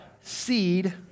seed